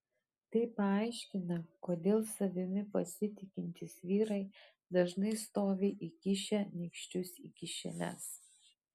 tai paaiškina kodėl savimi pasitikintys vyrai dažnai stovi įkišę nykščius į kišenes